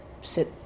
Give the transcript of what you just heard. Sit